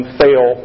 fail